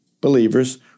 believers